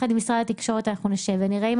וביחד עם משרד התקשורת אנחנו נשב ונראה אם